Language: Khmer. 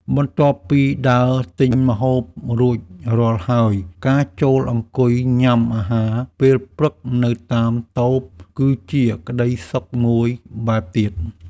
បន្ទាប់ពីដើរទិញម្ហូបរួចរាល់ហើយការចូលអង្គុយញ៉ាំអាហារពេលព្រឹកនៅតាមតូប គឺជាក្ដីសុខមួយបែបទៀត។